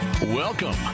Welcome